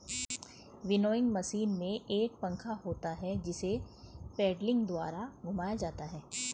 winnowing machine में एक पंखा होता है जिसे पेडलिंग द्वारा घुमाया जाता है